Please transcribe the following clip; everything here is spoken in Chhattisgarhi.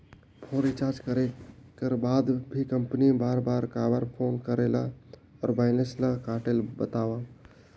फोन रिचार्ज करे कर बाद भी कंपनी बार बार काबर फोन करेला और बैलेंस ल काटेल बतावव?